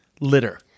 litter